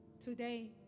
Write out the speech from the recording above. today